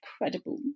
incredible